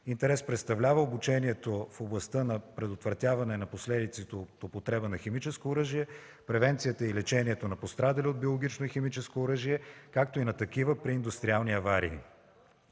Интерес представлява обучението в областта на предотвратяване на последиците от употреба на химическо оръжие, превенцията и лечението на пострадали от биологично и химическо оръжие, както и на такива при индустриални аварии.